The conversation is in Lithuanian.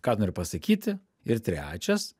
ką nori pasakyti ir trečias